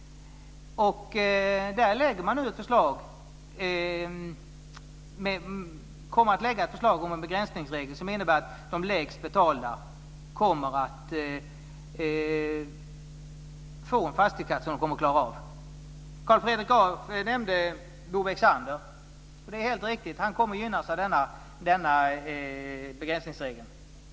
Man kommer att lägga fram ett förslag om en begränsningsregel som innebär att de lägst betalda kommer att få en fastighetsskatt som de kommer att klara av. Carl Fredrik Graf nämnde Bo Bexander. Det är helt riktigt, han kommer att gynnas av denna begränsningsregel.